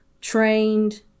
trained